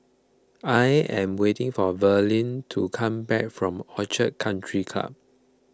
I am waiting for Verlin to come back from Orchid Country Club